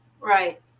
right